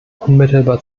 unmittelbar